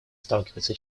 сталкивается